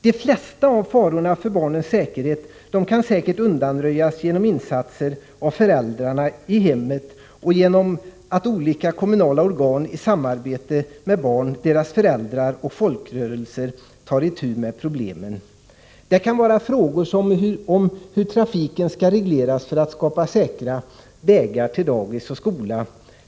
De flesta av farorna för barnens säkerhet kan säkert undanröjas genom insatser av föräldrarna i hemmet och genom att olika kommunala organ i samarbete med barn, deras föräldrar och folkrörelser tar itu med problemen. Det kan vara frågor om hur trafiken skall regleras för att skapa säkra vägar till dagis och skola.